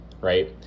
right